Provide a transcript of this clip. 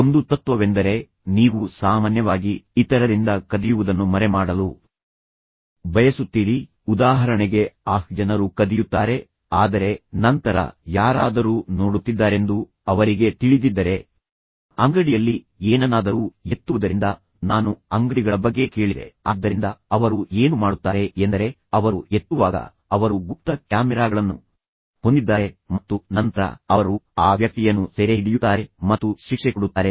ಒಂದು ತತ್ವವೆಂದರೆ ನೀವು ಸಾಮಾನ್ಯವಾಗಿ ಇತರರಿಂದ ಕದಿಯುವುದನ್ನು ಮರೆಮಾಡಲು ಬಯಸುತ್ತೀರಿ ಉದಾಹರಣೆಗೆ ಆಹ್ ಜನರು ಕದಿಯುತ್ತಾರೆ ಆದರೆ ನಂತರ ಯಾರಾದರೂ ನೋಡುತ್ತಿದ್ದಾರೆಂದು ಅವರಿಗೆ ತಿಳಿದಿದ್ದರೆ ಅಂಗಡಿಯಲ್ಲಿ ಏನನ್ನಾದರೂ ಎತ್ತುವುದರಿಂದ ನಾನು ಅಂಗಡಿಗಳ ಬಗ್ಗೆ ಕೇಳಿದೆ ಆದ್ದರಿಂದ ಅವರು ಏನು ಮಾಡುತ್ತಾರೆ ಎಂದರೆ ಅವರು ಎತ್ತುವಾಗ ಅವರು ಗುಪ್ತ ಕ್ಯಾಮೆರಾಗಳನ್ನು ಹೊಂದಿದ್ದಾರೆ ಮತ್ತು ನಂತರ ಅವರು ಆ ವ್ಯಕ್ತಿಯನ್ನು ಸೆರೆಹಿಡಿಯುತ್ತಾರೆ ಮತ್ತು ಶಿಕ್ಷೆಕೊಡುತ್ತಾರೆ